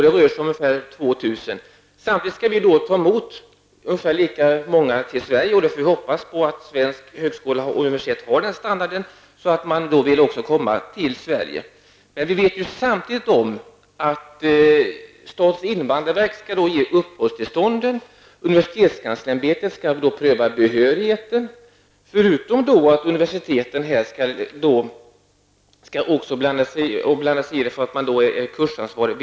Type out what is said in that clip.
Det rör sig om ungefär 2 000 studenter. Samtidigt skall vi ta emot lika många i Sverige. Vi får hoppas att svensk högskola och universitet har en sådan standard att utländska studenter också vill komma till Sverige. Men vi vet samtidigt att statens invandrarverk skall ge uppehållstillstånd. Universitetskanslerämbetet skall pröva behörigheten. Dessutom skall universiteten blanda sig i detta, eftersom de är kursansvariga.